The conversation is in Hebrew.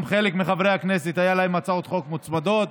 גם לחלק מחברי הכנסת היו הצעות חוק מוצמדות,